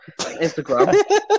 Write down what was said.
Instagram